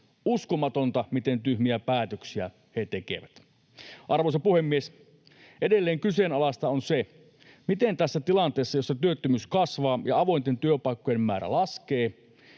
”Uskomatonta, miten tyhmiä päätöksiä he tekevät.” Arvoisa puhemies! Edelleen kyseenalaista on se, miten tässä tilanteessa, jossa työttömyys kasvaa ja avointen työpaikkojen määrä laskee,